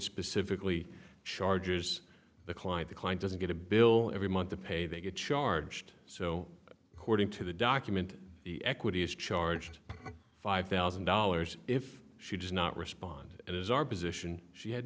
specifically chargers the client the client doesn't get a bill every month the pay they get charged so according to the document the equity is charged five thousand dollars if she does not respond it is our position she had